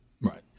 right